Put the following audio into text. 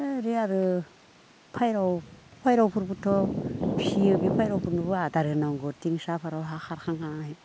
दा आरो फारौफोरबोथ' फिसियो बे फारौफोरनोबो आदार होनांगौ थिं साफोराव